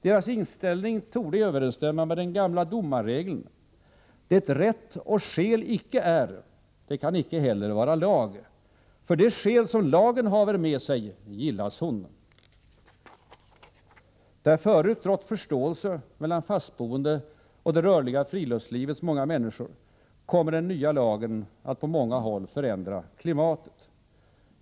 Deras inställning torde överensstämma med den gamla domarregeln: ”Det rätt och skäl icke är, det kan icke heller vara lag; för de skäl som lagen haver med sig, gillas hon.” Där förut rått förståelse mellan fastboende och det rörliga friluftslivets många människor, kommer den nya lagen att på många håll förändra klimatet.